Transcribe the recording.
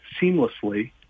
seamlessly